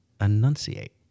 enunciate